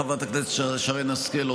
חברת הכנסת שרן השכל,